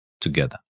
together